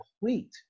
complete